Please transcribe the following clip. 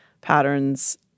patterns